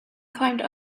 climbed